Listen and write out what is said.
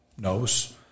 knows